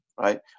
Right